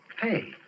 Hey